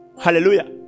Hallelujah